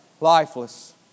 lifeless